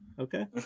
Okay